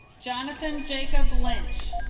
jonathan jacob lynch